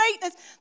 greatness